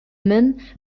men